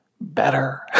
better